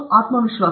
ಆತ್ಮ ವಿಶ್ವಾಸ